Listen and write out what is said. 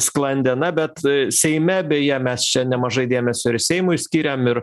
sklandė na bet seime beje mes čia nemažai dėmesio ir seimui skiriam ir